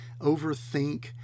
overthink